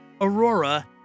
Aurora